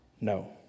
No